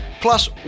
Plus